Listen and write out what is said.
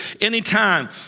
anytime